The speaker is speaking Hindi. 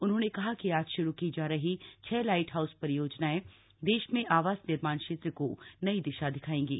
उन्होंने कहा कि आज श्रू की जा रही छह लाइट हाउस परियोजनाएं देश में आवास निर्माण क्षेत्र को नई दिशा दिखाएंगी